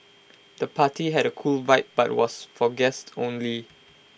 the party had A cool vibe but was for guests only